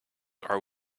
are